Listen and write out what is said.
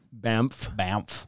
Bamf